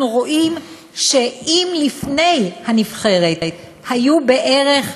אנחנו רואים שאם לפני הנבחרת היו בערך,